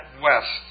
west